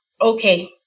okay